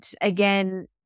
again